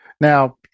Now